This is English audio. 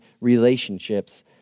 relationships